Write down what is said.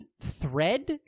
thread